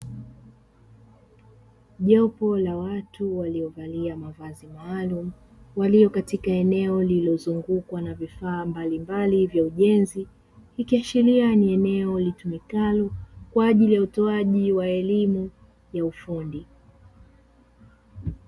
Jopo la watu waliyovalia mavazi maalumu waliyo katika eneo lililozungukwa na vifaa mbalimbali vya ujenzi, ikiashiria ni eneo litumikalo kwa ajili ya utoaji wa elimu ya ufundi.